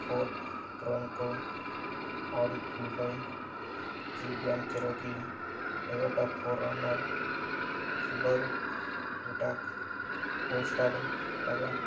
Ford Bronco Audi Q five Jeep Grand Cherokee Toyota four Subaru క్యూటాక్ Volkswagen